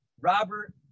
Robert